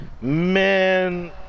Man